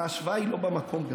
ההשוואה היא לא במקום גם.